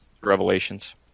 Revelations